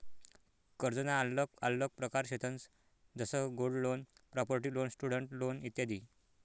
कर्जना आल्लग आल्लग प्रकार शेतंस जसं gold loan, property loan, student loan इत्यादी